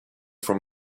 from